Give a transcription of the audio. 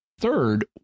Third